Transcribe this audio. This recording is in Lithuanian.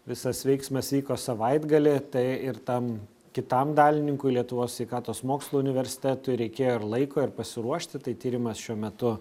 visas veiksmas vyko savaitgalį tai ir tam kitam dalininkui lietuvos sveikatos mokslų universitetui reikėjo ir laiko ir pasiruošti tai tyrimas šiuo metu